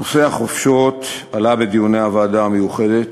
נושא החופשות עלה בדיוני הוועדה המיוחדת